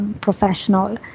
professional